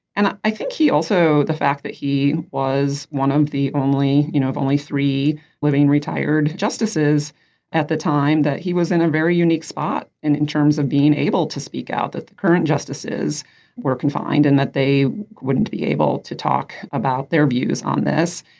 and i think he also the fact that he was one of the only you know if only three living retired justices at the time that he was in a very unique spot and in terms of being able to speak out that the current justices were confined and that they wouldn't be able to talk about their views on this.